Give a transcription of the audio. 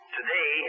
Today